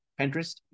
Pinterest